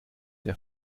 der